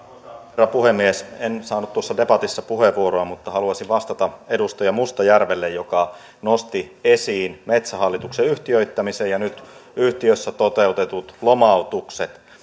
herra puhemies en saanut tuossa debatissa puheenvuoroa mutta haluaisin vastata edustaja mustajärvelle joka nosti esiin metsähallituksen yhtiöittämisen ja nyt yhtiössä toteutetut lomautukset